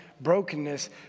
brokenness